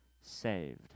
saved